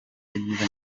ibyiza